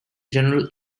general